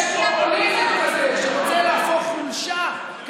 יש פה שיח פוליטי כזה שרוצה להפוך חולשה,